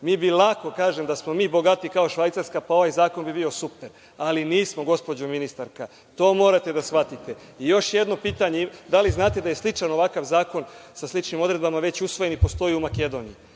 Mi bi lako da smo bogati kao Švajcarska, ovaj zakon bi bio super. Ali, nismo, gospođo ministarka. To morate da shvatite. Još jedno pitanje – da li znate da je sličan ovakav zakon, sa sličnim odredbama, već usvojen i postoji u Makedoniji?